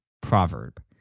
proverb